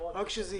רק שזה יקרה.